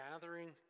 gathering